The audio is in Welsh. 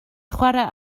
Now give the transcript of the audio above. chwarae